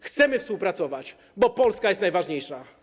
Chcemy współpracować, bo Polska jest najważniejsza.